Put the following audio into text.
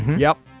yep.